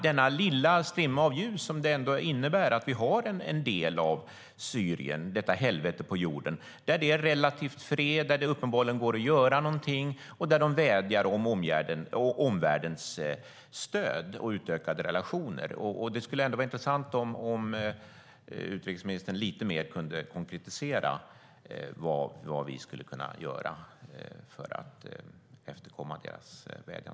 Det innebär ändå en liten strimma av ljus att vi har en del av Syrien, detta helvete på jorden, där det är relativt fredligt, där det uppenbarligen går att göra någonting och där man vädjar om omvärldens stöd och utökade relationer. Det skulle vara intressant om utrikesministern kunde konkretisera lite mer vad vi skulle kunna göra för att efterkomma denna vädjan.